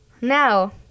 now